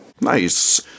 nice